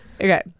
okay